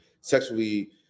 sexually